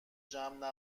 جمع